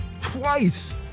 twice